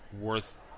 worth